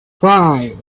five